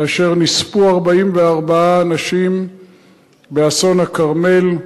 כאשר נספו 44 אנשים באסון הכרמל,